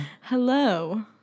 Hello